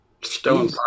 Stone